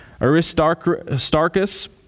Aristarchus